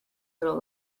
little